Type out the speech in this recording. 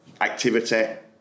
activity